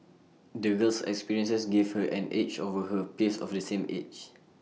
the girl's experiences gave her an edge over her peers of the same age